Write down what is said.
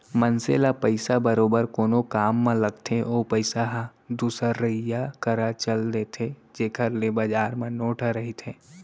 मनसे ल पइसा बरोबर कोनो काम म लगथे ओ पइसा ह दुसरइया करा चल देथे जेखर ले बजार म नोट ह रहिथे